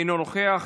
אינו נוכח,